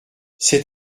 c’est